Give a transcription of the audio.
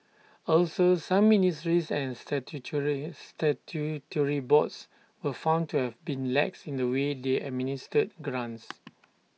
also some ministries and statutory statutory boards were found to have been lax in the way they administered grants